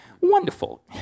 wonderful